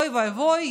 אוי ואבוי,